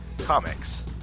Comics